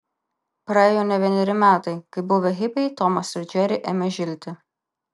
praėjo ne vieneri metai kai buvę hipiai tomas ir džeri ėmė žilti